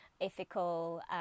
ethical